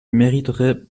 mériteraient